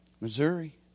Missouri